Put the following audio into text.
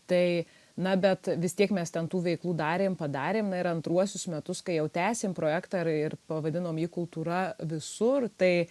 tai na bet vis tiek mes ten tų veiklų darėm padarėm na ir antruosius metus kai jau tęsėm projektą ir ir pavadinom jį kultūra visur tai